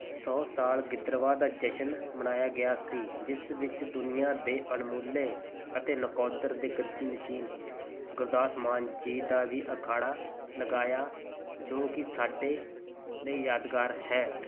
ਸੌ ਸਾਲ ਗਿੱਦੜਬਾਹਾ ਦਾ ਜਸ਼ਨ ਮਨਾਇਆ ਗਿਆ ਸੀ ਜਿਸ ਵਿੱਚ ਦੁਨੀਆਂ ਦੇ ਅਣਮੁੱਲੇ ਅਤੇ ਨਕੋਦਰ ਦੇ ਗਤਨਸ਼ੀਨ ਗੁਰਦਾਸ ਮਾਨ ਜੀ ਦਾ ਵੀ ਅਖਾੜਾ ਲਗਾਇਆ ਜੋ ਕਿ ਸਾਡੇ ਲਈ ਯਾਦਗਾਰ ਹੈ